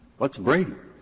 what's brady?